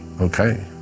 okay